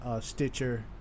Stitcher